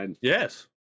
Yes